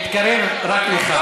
מתקרב רק לך.